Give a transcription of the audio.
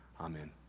Amen